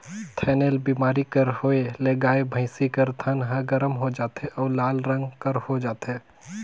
थनैल बेमारी कर होए ले गाय, भइसी कर थन ह गरम हो जाथे अउ लाल रंग कर हो जाथे